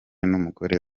n’umugore